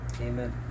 Amen